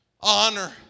honor